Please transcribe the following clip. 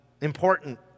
Important